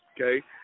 Okay